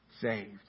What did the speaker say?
saved